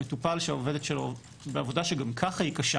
מטופל שהעובדת שלו בעבודה שגם כך היא קשה